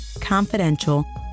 confidential